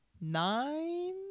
nine